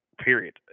period